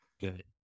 Good